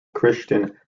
christian